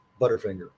butterfinger